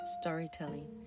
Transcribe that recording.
storytelling